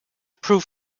prove